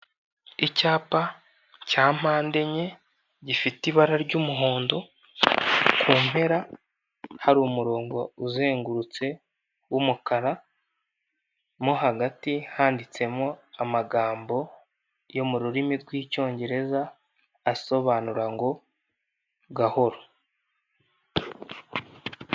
Icyapa cya mpande enye, gifite ibara ry'umuhondo ku mpera, hari umurongo uzengurutse w'umukara, mo hagati handitsemo amagambo yo mu rurimi rw'icyongereza asobanura ngo gahoro.